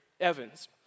Evans